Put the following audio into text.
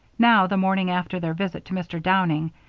now, the morning after their visit to mr. downing,